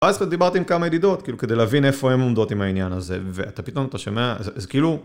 ואז דיברת עם כמה ידידות כדי להבין איפה הן עומדות עם העניין הזה ואתה פתאום אתה שומע אז כאילו.